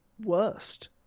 worst